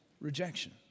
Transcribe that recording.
rejection